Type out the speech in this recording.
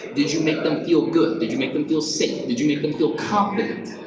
did you make them feel good? did you make them feel safe? did you make them feel confident?